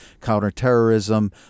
counterterrorism